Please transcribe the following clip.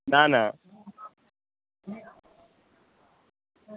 না না